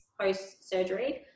post-surgery